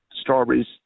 strawberries